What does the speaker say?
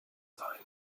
sein